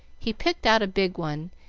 he picked out a big one,